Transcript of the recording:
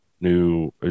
new